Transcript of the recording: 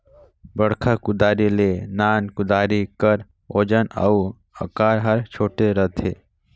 बड़खा कुदारी ले नान कुदारी कर ओजन अउ अकार हर छोटे रहथे